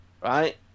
right